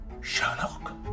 Sherlock